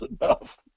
enough